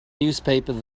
newspapers